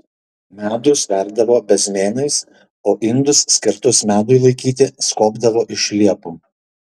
medų sverdavo bezmėnais o indus skirtus medui laikyti skobdavo iš liepų